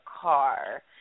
car